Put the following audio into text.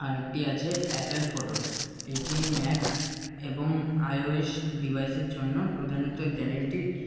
আর একটি আছে Apple Photos এইটি ম্যাক এবং আই ও এস ডিভাইসের জন্য প্রধানত গ্যালারিটি